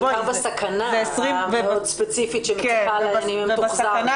בעיקר בסכנה המאוד ספציפית שמצפה להן אם הן תחזורנה.